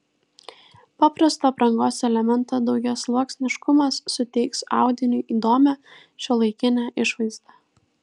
paprasto aprangos elemento daugiasluoksniškumas suteiks audiniui įdomią šiuolaikinę išvaizdą